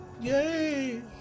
Yay